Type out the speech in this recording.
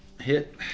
Hit